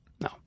No